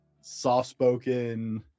soft-spoken